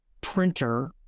printer